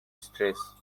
stress